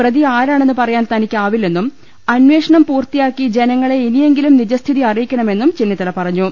പ്രതി ആരാണെന്ന് പറയാൻ തനിക്കാവിലെന്നും അന്വേ ഷണം പൂർത്തിയാക്കി ജനങ്ങളെ ഇനിയെങ്കിലും നിജസ്ഥിതി അറിയിക്കണമെന്നും ചെന്നിത്തല പറഞ്ഞു